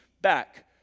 back